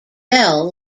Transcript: bell